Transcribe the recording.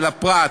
של הפרט.